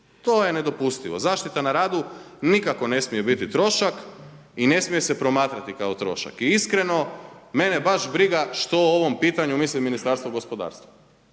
To je nedopustivo. Zaštita na radu nikako ne smije biti trošak i ne smije se promatrati kao trošak. I iskreno, mene baš briga što o ovom pitanju misli Ministarstvo gospodarstva.